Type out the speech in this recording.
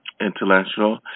intellectual